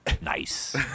Nice